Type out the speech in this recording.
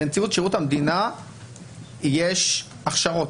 בנציבות שירות המדינה יש הכשרות,